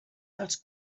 dels